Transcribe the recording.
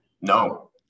no